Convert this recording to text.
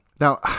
now